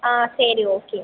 ஆ சரி ஓகே